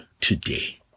today